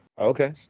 Okay